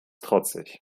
trotzig